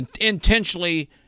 intentionally